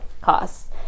costs